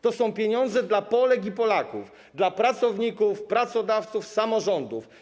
To są pieniądze dla Polek i Polaków, dla pracowników, pracodawców, samorządów.